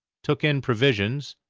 took in provisions,